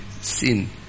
sin